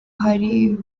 hari